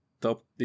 top